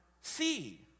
see